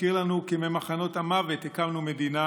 שמזכיר לנו כי ממחנות המוות הקמנו מדינה